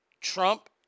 Trump